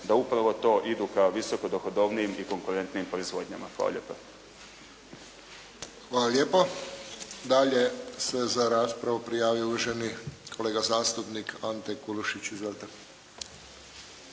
da upravo to idu prema visoko dohodovnijim i konkurentnijim proizvodnjama. Hvala lijepa. **Friščić, Josip (HSS)** Hvala lijepo. Dalje se za raspravu prijavio uvaženi kolega zastupnik Ante Kulušić. Izvolite.